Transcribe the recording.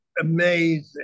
amazing